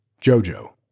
Jojo